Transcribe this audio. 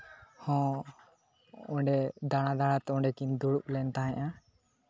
ᱦᱚᱸ ᱚᱸᱰᱮ ᱫᱟᱬᱟ ᱫᱟᱬᱟᱛᱮ ᱚᱸᱰᱮᱠᱤᱱ ᱫᱩᱲᱩᱵ ᱞᱮᱱ ᱛᱟᱦᱮᱸᱫᱼᱟ